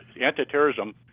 Anti-terrorism